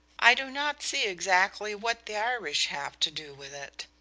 i do not see exactly what the irish have to do with it,